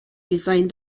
designed